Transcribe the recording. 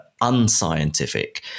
unscientific